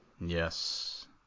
Yes